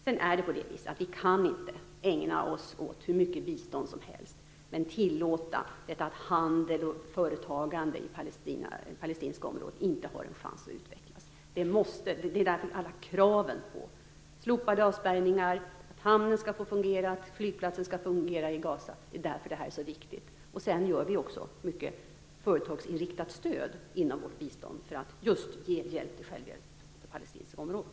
Sedan är det på det viset att vi inte kan ägna oss åt hur mycket bistånd som helst men tillåta att handel och företagande i palestinska områden inte har en chans att utvecklas. Det är därför det är så viktigt med alla krav på slopade avspärrningar, en fungerande hamn och en fungerande flygplats i Gaza. Dessutom ger vi mycket företagsinriktat stöd inom vårt bistånd, för att just ge hjälp till självhjälp på det palestinska området.